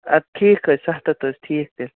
اَدٕ ٹھیٖکھ حظ سَتھ ہَتھ حظ ٹھیٖکھ تیٚلہِ